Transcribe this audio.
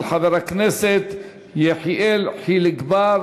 של חבר הכנסת יחיאל חיליק בר.